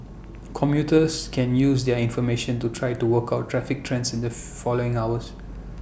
commuters can use their information to try to work out traffic trends in the following hours